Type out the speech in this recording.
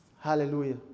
hallelujah